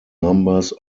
numbers